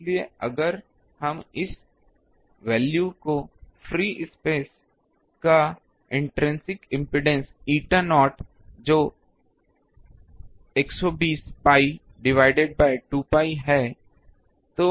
इसलिए अगर हम इस वैल्यू को फ्री स्पेस का इन्ट्रिंसिक इम्पीडेन्स ईटा नॉट जो 120 pi डिवाइडेड बाय 2 pi है